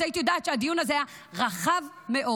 אז היית יודעת שהדיון הזה רחב מאוד.